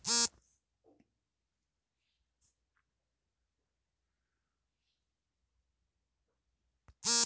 ಸ್ವಂತ ಅಡಮಾನವು ಸಾಮಾನ್ಯ ಕಾನೂನಿನ ಒಂದು ಸಾಲದಾತರು ಸಾಲದ ಬದ್ರತೆಯನ್ನ ಹೊಂದಿರುವ ನೈಜ ಆಸ್ತಿ ರಚಿಸಲು ಬಳಸಲಾಗುತ್ತೆ